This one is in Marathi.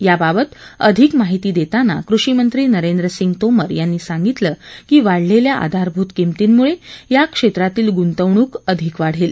या बाबत अधिक माहिती देताना कृषी मंत्री नरेंद्र सिंग तोमर यांनी सांगितलं की वाढलेल्या आधारभूत किंमतीमुळे या क्षेत्रातील गुंतवणूक अधिक वाढेल